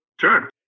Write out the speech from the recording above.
Sure